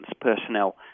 personnel